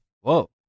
Whoa